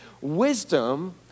Wisdom